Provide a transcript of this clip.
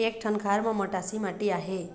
एक ठन खार म मटासी माटी आहे?